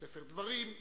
בספר דברים,